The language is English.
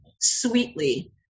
sweetly